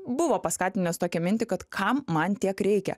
buvo paskatinęs tokią mintį kad kam man tiek reikia